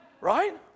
Right